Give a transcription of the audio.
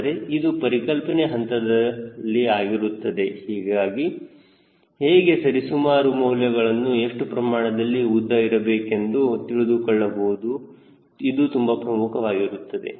ಆದರೆ ಇದು ಪರಿಕಲ್ಪನೆ ಹಂತದಲ್ಲಿ ಆಗಿರುತ್ತದೆ ಹೇಗೆ ಸರಿಸುಮಾರು ಮೌಲ್ಯಗಳನ್ನು ಎಷ್ಟು ಪ್ರಮಾಣದ ಉದ್ದ ಇರಬೇಕೆಂದು ತಿಳಿದುಕೊಳ್ಳುವುದು ತುಂಬಾ ಪ್ರಮುಖವಾಗಿರುತ್ತದೆ